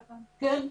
כן.